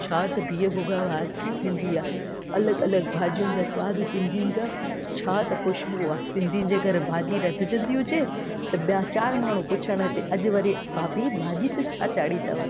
छा त बिहु भुॻा जी भाॼी थींदी आहे अलॻि अलॻि भाॼियुनि जा सवादु सिंधियुनि जा छा त ख़ुश्बू आहे सिंधियुनि जे घर भाॼी रधजंदी हुजे त ॿिया चारि माण्हू पुछणु अचे अॼु वरी भाभी भाॼी त छा चाढ़ी अथव